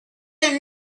and